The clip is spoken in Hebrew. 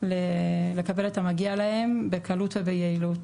לקבל את המגיע להם בקלות וביעילות.